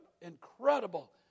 incredible